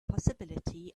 possibility